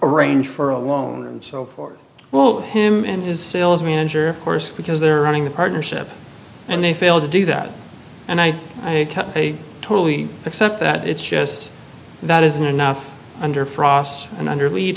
arrange for a loan and so forth well him and his sales manager course because they're running the partnership and they failed to do that and i totally accept that it's just that isn't enough under frost and under